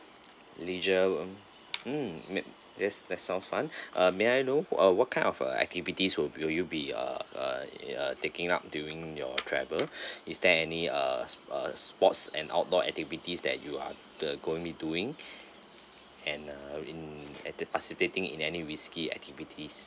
leisure um mm ma~ yes that sounds fun uh may I know uh what kind of uh activities would will you be uh uh taking up during your travel is there any uh s~ uh sports and outdoor activities that you are the going be doing and uh in at the participating in any risky activities